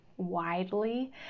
Widely